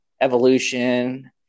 Evolution